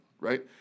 right